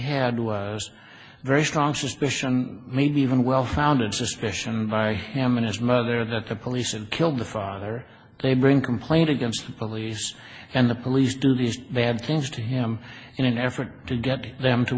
had was very strong suspicion maybe even well founded suspicion by him and his mother that the police and killed the father they bring complaint against the police and the police do these bad things to him in an effort to get them to